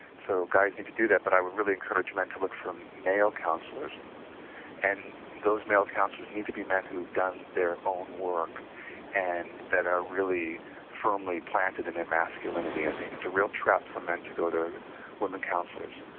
so, guys need to do that, but i would really encourage men to look for male counselors and those male counselors need to be men who have done their own work and that are really firmly planted in their masculinity. i think it's a real trap for men to go to women counselors.